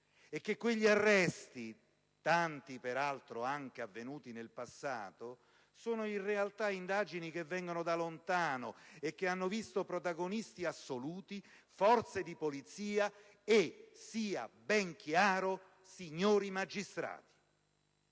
e che quegli arresti - tanti, peraltro, sono avvenuti anche nel passato - sono il frutto in realtà di indagini che vengono da lontano e che hanno visto protagonisti assoluti forze di polizia - e sia ben chiaro - signori magistrati.